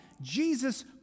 Jesus